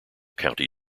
county